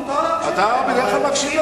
אתה בדרך כלל מקשיב,